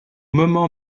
moment